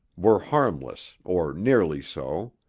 were harmless or nearly so.